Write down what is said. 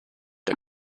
der